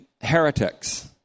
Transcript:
heretics